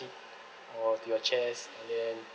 or to your chest and then